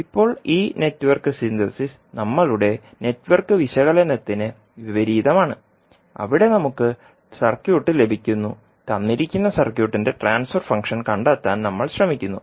ഇപ്പോൾ ഈ network synthesis നമ്മളുടെ നെറ്റ്വർക്ക് വിശകലനത്തിന് വിപരീതമാണ് അവിടെ നമുക്ക് സർക്യൂട്ട് ലഭിക്കുന്നു തന്നിരിക്കുന്ന സർക്യൂട്ടിന്റെ ട്രാൻസ്ഫർ ഫംഗ്ഷൻ കണ്ടെത്താൻ നമ്മൾ ശ്രമിക്കുന്നു